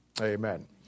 Amen